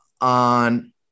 on